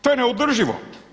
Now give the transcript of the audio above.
To je neodrživo.